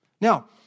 Now